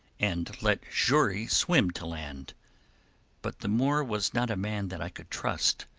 and let xury swim to land but the moor was not a man that i could trust.